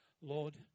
Lord